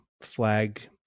flag